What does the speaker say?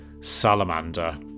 salamander